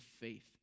faith